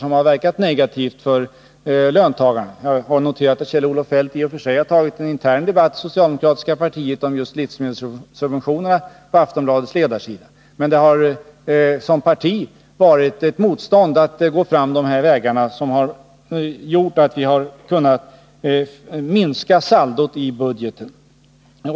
Jag noterar att Kjell-Olof Feldt på Aftonbladets ledarsida tagit upp en intern debatt inom socialdemokratin om livsmedelssubventionerna, men partiet har här gjort motstånd mot att gå dessa vägar för att minska saldot i budgeten.